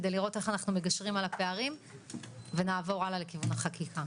כדי לראות איך אנחנו מגשרים על הפערים ונעבור הלאה לכיוון החקיקה.